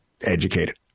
educated